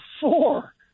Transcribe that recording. four